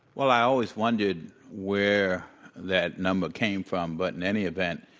well, i always wondered where that number came from. but in any event,